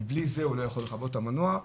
בלי זה הוא לא יכול לכבות את המנוע.